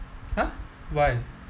!huh! why